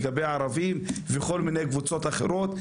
לגבי ערבים וכל מיני קבוצות אחרות.